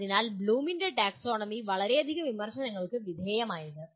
അതിനാൽ ബ്ലൂമിന്റെ ടാക്സോണമി വളരെയധികം വിമർശനങ്ങൾക്ക് വിധേയമായത്